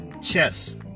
chess